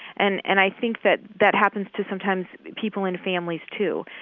and and i think that that happens to sometimes people in families too.